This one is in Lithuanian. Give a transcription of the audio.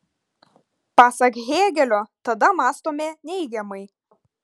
pasak hėgelio tada mąstome neigiamai